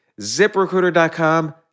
ZipRecruiter.com